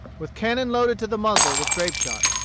with cannon loaded to the muzzle with grape-shot.